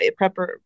prepper